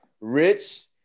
Rich